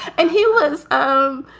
and he was um